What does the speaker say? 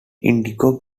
indigo